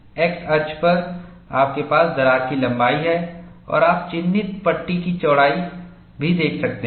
X अक्ष पर आपके पास दरार की लंबाई है और आप चिह्नित पट्टी की चौड़ाई भी देख सकते हैं